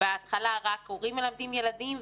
בהתחלה רק הורים מלמדים ילדים,